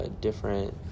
different